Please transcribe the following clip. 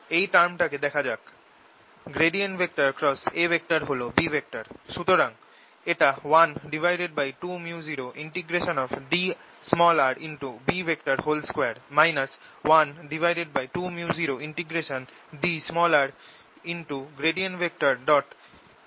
এই টার্মটাকে দেখা যাক A হল B সুতরাং এটা 12µodrB2 12µodrAB